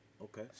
Okay